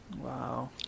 Wow